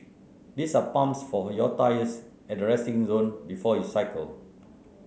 there are pumps for your tyres at the resting zone before you cycle